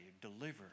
delivered